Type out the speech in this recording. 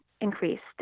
increased